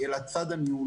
אלא גם על הצד הניהולי,